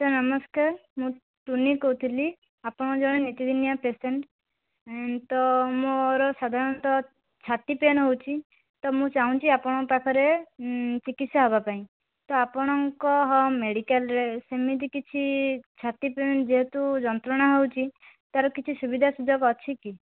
sir ନମସ୍କାର ମୁଁ ଶୁନି କହୁଥିଲି ଆପଣଙ୍କର ଜଣେ ନୀତିଦିନିଆ ପେସେଣ୍ଟ୍ ତ ମୋର ସାଧରଣତଃ ଛାତି ପେନ୍ ହେଉଛି ତ ମୁଁ ଚାହୁଁଛି ଆପଣଙ୍କ ପାଖରେ ଚିକିତ୍ସା ହେବା ପାଇଁ ତ ଆପଣଙ୍କ ମେଡ଼ିକାଲ୍ରେ ସେମିତି କିଛି ଛାତି ପେନ୍ ଯେହେତୁ ଯନ୍ତ୍ରଣା ହେଉଛି ତା'ର କିଛି ସୁବିଧା ସୁଯୋଗ ଅଛି କି